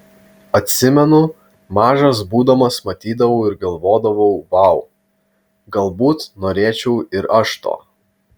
atsimenu mažas būdamas matydavau ir galvodavau vau galbūt norėčiau ir aš to